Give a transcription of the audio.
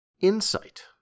insight